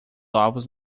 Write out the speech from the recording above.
ovos